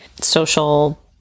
social